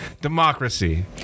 democracy